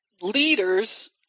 leaders